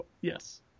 yes